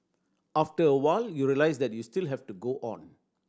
after a while you realise that you still have to go on